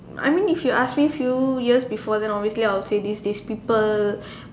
I mean if you ask me few years before then obviously I will say this this people